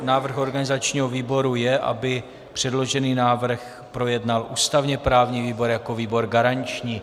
Návrh organizačního výboru je, aby předložený návrh projednal ústavněprávní výbor jako výbor garanční.